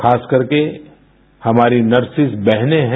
खास करके हमारी नर्सेस बहनें हैं